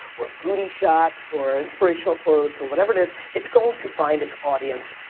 or booty shots, or inspirational quotes, or whatever it is, it's going to find its audience,